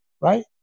right